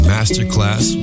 Masterclass